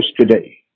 today